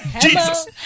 Jesus